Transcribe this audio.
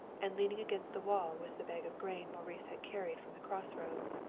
and leaning against the wall was the bag of grain maurice had carried from the crossroads.